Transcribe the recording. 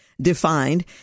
defined